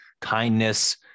kindness